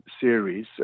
series